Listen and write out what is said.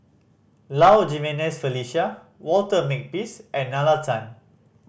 Low Jimenez Felicia Walter Makepeace and Nalla Tan